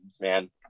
man